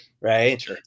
right